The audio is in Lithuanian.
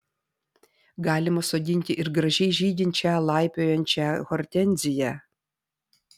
galima sodinti ir gražiai žydinčią laipiojančią hortenziją